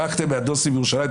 ברחתם מהדוסים בירושלים,